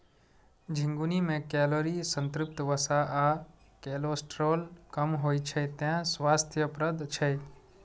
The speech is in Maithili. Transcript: झिंगुनी मे कैलोरी, संतृप्त वसा आ कोलेस्ट्रॉल कम होइ छै, तें स्वास्थ्यप्रद छै